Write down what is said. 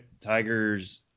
Tiger's